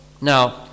now